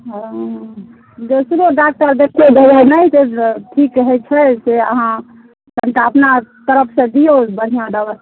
हॅं दोसर डाक्टर देखतै नहि से की कहै छै से अहाँ कनिटा अपना तरफसँ दियौ बढ़िऑं दवाइ